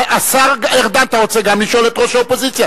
השר ארדן, אתה רוצה גם לשאול את ראש האופוזיציה?